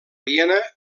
viena